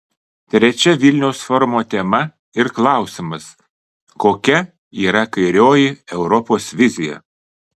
trečia vilniaus forumo tema ir klausimas kokia yra kairioji europos vizija